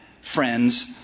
friends